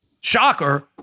Shocker